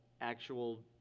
actual